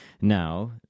Now